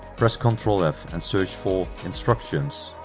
press ctrl f and search for instructions.